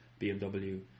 BMW